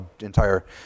entire